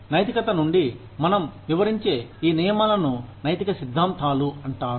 ఇప్పుడు నైతికత నుండి మనం వివరించే ఈ నియమాలను నైతిక సిద్ధాంతాలు అంటారు